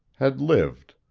had lived.